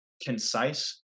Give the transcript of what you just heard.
concise